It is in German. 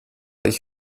ich